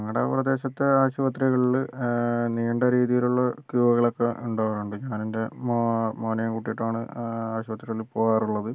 ഞങ്ങളുടെ പ്രദേശത്ത് ആശുപത്രികളിൽ നീണ്ട രീതിയിലുള്ള ക്യൂകളൊക്കെ ഉണ്ടാകാറുണ്ട് ഞാനെൻ്റെ മോ മോനെയും കൂട്ടിയിട്ടാണ് ആശുപത്രിയിൽ പോകാറുള്ളത്